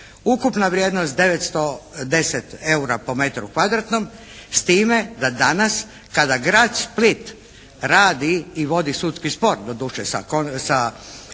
Ukupna vrijednost 910 EUR-a po metru kvadratnom s time da danas kada grad Split radi i vodi sudski spor doduše sa firmom